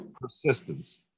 persistence